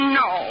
no